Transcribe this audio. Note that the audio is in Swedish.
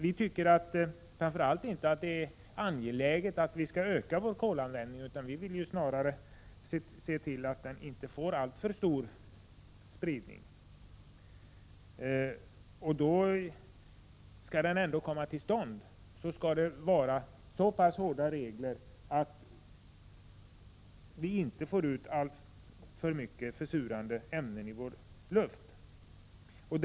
Vi anser det angeläget att inte öka kolanvändningen och vill snarare se till att den inte får alltför stor spridning. Skall den ändå komma till stånd bör det finnas så hårda regler att vi inte får ut alltför mycket försurande ämnen i luften.